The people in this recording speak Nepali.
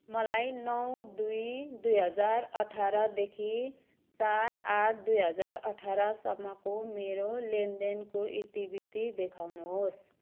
मलाई नौ दुई दुई हजार आठारदेखि चार आठ दुई हजार अठारसम्मको मेरो लेनदेनको इतिवृत्ति देखाउनुहोस्